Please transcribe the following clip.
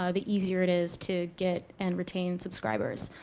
ah the easier it is to get and retain subscribers.